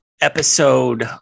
episode